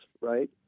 right